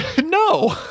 No